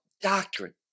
doctrine